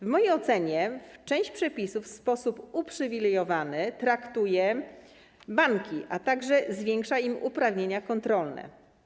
W mojej ocenie część przepisów w sposób uprzywilejowany traktuje banki, a także zwiększa im uprawnienia kontrolne.